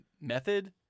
method